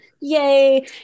Yay